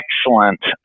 excellent